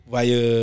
Via